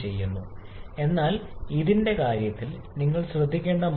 ഒരു ചക്രത്തിലെ തന്മാത്രകളുടെ എണ്ണത്തിലുള്ള വ്യത്യാസം നമ്മൾ അവഗണിക്കുകയാണ്